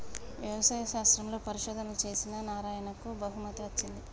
వ్యవసాయ శాస్త్రంలో పరిశోధనలు చేసిన నారాయణకు బహుమతి వచ్చింది